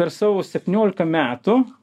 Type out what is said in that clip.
per savo septyniolika metų